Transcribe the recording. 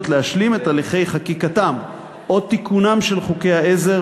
להשלים את הליכי חקיקתם או תיקונם של חוקי העזר,